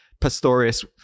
pastorius